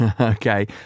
Okay